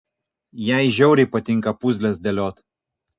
jai žiauriai patinka puzles dėliot